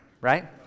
right